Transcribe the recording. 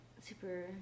super